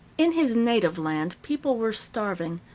in his native land people were starving.